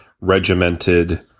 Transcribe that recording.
regimented